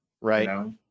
Right